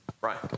Brian